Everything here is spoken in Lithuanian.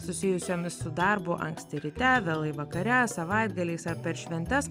susijusiomis su darbu anksti ryte vėlai vakare savaitgaliais ar per šventes